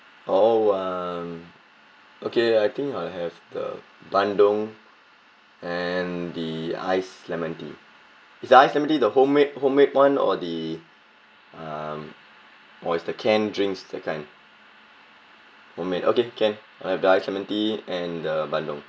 oh um okay I think I'll have the bandung and the iced lemon tea is iced lemon tea the home made home made one or the um or is the canned drinks that kind home made okay can alright the iced lemon tea and the bandung